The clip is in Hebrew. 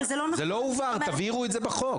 זה לא הובהר, תבהירו את זה בחוק.